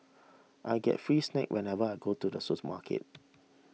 I get free snacks whenever I go to the supermarket